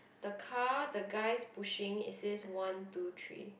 the car the guys pushing it says one two three